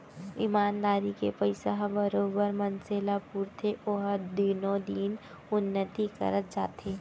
ईमानदारी के पइसा ह बरोबर मनसे ल पुरथे ओहा दिनो दिन उन्नति करत जाथे